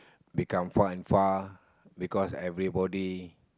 become far and far because everybody